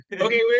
Okay